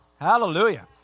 Hallelujah